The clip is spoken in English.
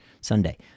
Sunday